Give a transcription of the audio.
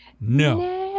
no